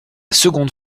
seconde